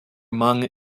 among